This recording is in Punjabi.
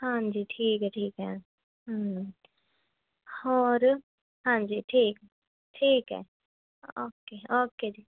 ਹਾਂਜੀ ਠੀਕ ਹੈ ਠੀਕ ਹੈ ਹੋਰ ਹਾਂਜੀ ਠੀਕ ਠੀਕ ਹੈ ਓਕੇ ਓਕੇ ਜੀ